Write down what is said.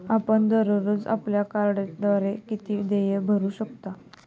आपण दररोज आपल्या कार्डद्वारे किती देय भरू शकता?